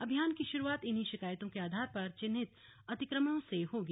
अभियान की शुरुआत इन्हीं शिकायतों के आधार पर चिह्नित अतिक्रमणों से होगी